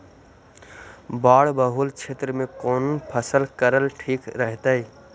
बाढ़ बहुल क्षेत्र में कौन फसल करल ठीक रहतइ?